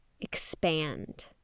expand